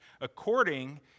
according